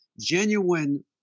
genuine